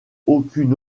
aucune